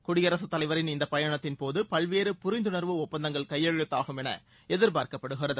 குடியரசுத் தலைவரின் இந்த பயணத்தின்போது பல்வேறு புரிந்துணர்வு ஒப்பந்தங்கள் கையெழுத்தாகும் என எதிர்பார்க்கப்படுகிறது